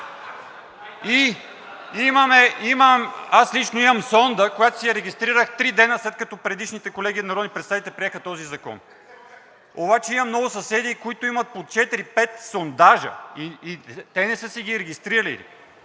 (Смях.) Аз лично имам сонда, която регистрирах три дни, след като предишните колеги народни представители приеха този закон. Обаче имам много съседи, които имат по четири-пет сондажа и те не са ги регистрирали.